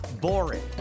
boring